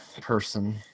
person